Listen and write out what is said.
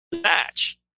match